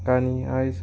आनी आयज